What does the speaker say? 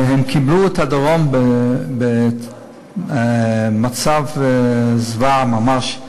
קיבלו את הדרום במצב זוועה ממש,